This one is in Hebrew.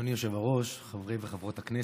אדוני היושב-ראש, חברי וחברות הכנסת,